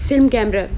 film camera